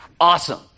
Awesome